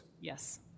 yes